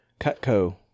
Cutco